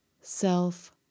self